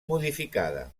modificada